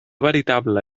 veritable